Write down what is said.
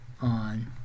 On